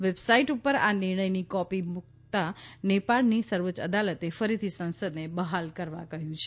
website ઉપર આ નિર્ણયની કોપી મ્રકતા નેપાળની સર્વોચ્ય અદાલતે ફરીથી સંસદને બહાલ કરવા કહ્યું છે